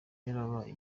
yarabaye